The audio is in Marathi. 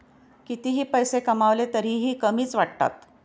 कितीही पैसे कमावले तरीही कमीच वाटतात